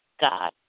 God